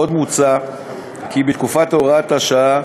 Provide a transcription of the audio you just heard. עוד מוצע כי בתקופת הוראת השעה,